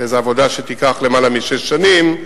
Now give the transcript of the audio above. עבודה שתיקח יותר משש שנים,